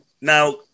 now